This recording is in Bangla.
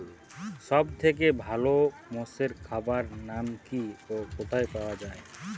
সব থেকে ভালো মোষের খাবার নাম কি ও কোথায় পাওয়া যায়?